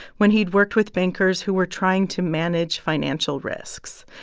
when he'd worked with bankers who were trying to manage financial risks.